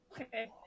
Okay